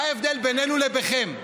אתם צבועים, מה ההבדל בינינו לבינכם?